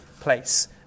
place